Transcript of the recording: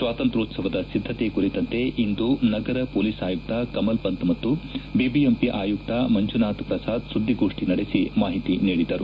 ಸ್ವಾತಂತ್ರ್ಯೋತ್ಸವದ ಸಿದ್ದತೆ ಕುರಿತಂತೆ ಇಂದು ನಗರ ಷೊಲೀಸ್ ಆಯುಕ್ತ ಕಮಲ್ಪಂಥ್ ಮತ್ತು ಬಿಬಿಎಂಪಿ ಆಯುಕ್ತ ಮಂಜುನಾಥ್ ಪ್ರಸಾದ್ ಸುದ್ದಿಗೋಷ್ಠಿ ನಡೆಸಿ ಮಾಹಿತಿ ನೀಡಿದರು